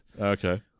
Okay